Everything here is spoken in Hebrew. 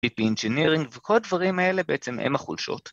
‫TP-Engineering וכל הדברים האלה ‫בעצם הן החולשות.